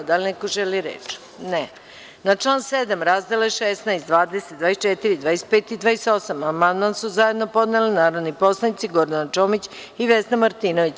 Da li neko želi reč? (Ne.) Na član 7. razdele 16, 20, 24, 25 i 28, amandman su zajedno podneli narodni poslanici Gordana Čomić i Vesna Martinović.